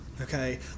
okay